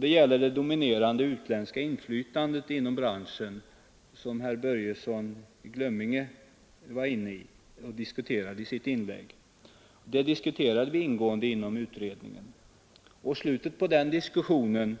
Det gäller det dominerande utländska inflytande inom branschen som vi diskuterade ingående inom utredningen. Herr Börjesson i Glömminge tog upp det i sitt inlägg. Slutet på den diskussionen